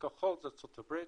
הכחול זה ארה"ב,